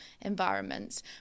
environments